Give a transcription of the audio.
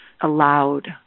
allowed